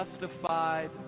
justified